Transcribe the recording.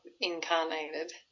incarnated